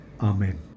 Amen